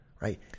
right